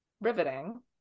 riveting